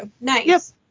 Nice